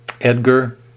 Edgar